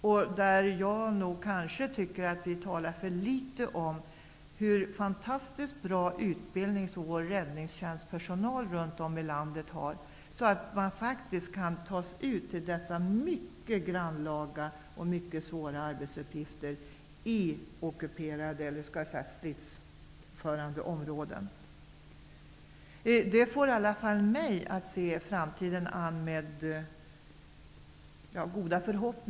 Själv tycker jag nog att vi talar för litet om den fantastiskt fina utbildning som vår räddningstjänstpersonal runt om i landet har. Det är ju sådana här personer som kan tas ut till de mycket grannlaga och svåra arbetsuppgifterna i ockuperade eller så att säga stridsförande områden. Detta får i alla fall mig att se framtiden an med gott hopp.